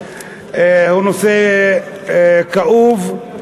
הוא נושא כאוב,